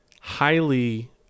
highly